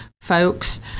folks